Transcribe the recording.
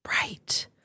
right